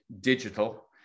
digital